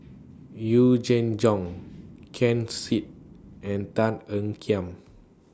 Yee Jenn Jong Ken Seet and Tan Ean Kiam